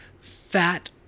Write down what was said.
fat